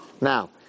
Now